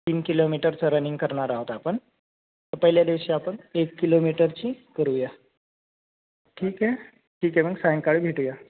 तीन किलोमीटरचं रनिंग करणार आहोत आपण पहिल्या दिवशी आपण एक किलोमीटरची करूया ठीक आहे ठीक आहे मग सायंकाळी भेटूया